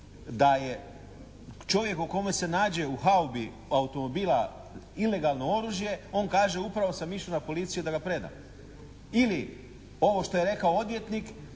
Da je čovjek kome se nađe u haubi automobila ilegalno oružje on kaže upravo sam išao na policiju da ga predam. Ili ovo što je rekao odvjetnik,